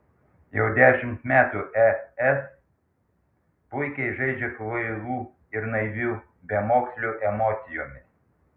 jau dešimt metų es puikiai žaidžia kvailų ir naivių bemokslių emocijomis